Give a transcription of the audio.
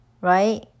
right